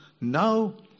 Now